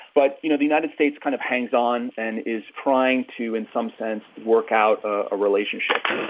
but you know the united states kind of hangs on and is trying to in some sense work out a relationship.